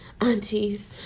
aunties